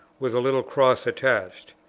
with a little cross attached.